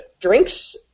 drinks